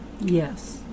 Yes